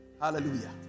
Hallelujah